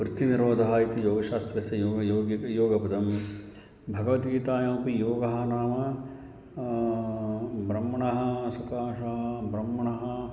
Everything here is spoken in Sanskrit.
वृत्तिनिरोधः इति योगशास्त्रस्य योग योग्यकं योगपदं भगवद्गीतायामपि योगः नाम ब्रह्मणः सकाशः ब्रह्मणः